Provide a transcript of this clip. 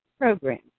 program